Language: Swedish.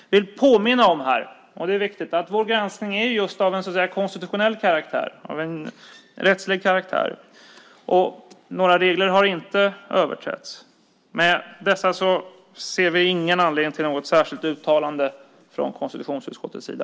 Jag vill påminna om, och det är viktigt, att vår granskning är just av en konstitutionell karaktär, en rättslig karaktär. Och några regler har inte överträtts. I och med detta ser vi ingen anledning till någon särskilt uttalande från konstitutionsutskottets sida.